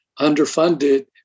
underfunded